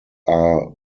are